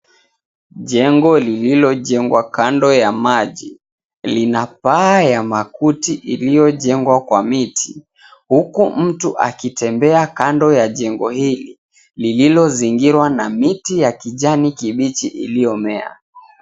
Jengo lilojengwa kando ya maji. Lina paa ya makuti ilyojengwa kwa miti, huku mtu akitembea kando ya jengo hili lilozingirwa na miti ya kijani kibichi iliyomea.